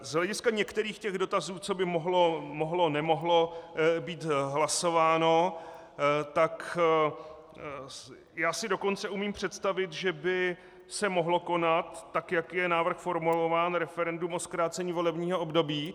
Z hlediska některých dotazů, co by mohlo, nemohlo být hlasováno, tak já si dokonce umím představit, že by se mohlo konat, tak jak je návrh formulován, referendum o zkrácení volebního období.